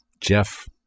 Jeff